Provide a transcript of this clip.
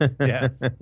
Yes